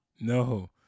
No